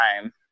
time